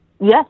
yes